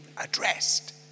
addressed